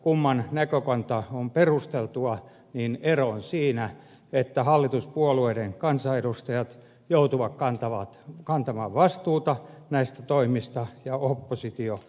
kumman näkökanta on perusteltu ero on siinä että hallituspuolueiden kansanedustajat joutuvat kantamaan vastuuta näistä toimista ja oppositio ei